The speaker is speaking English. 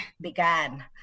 began